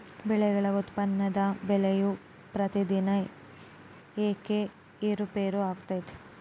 ಬೆಳೆಗಳ ಉತ್ಪನ್ನದ ಬೆಲೆಯು ಪ್ರತಿದಿನ ಏಕೆ ಏರುಪೇರು ಆಗುತ್ತದೆ?